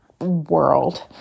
world